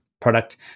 product